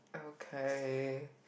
okay